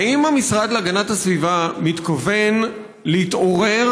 האם המשרד להגנת הסביבה מתכוון להתעורר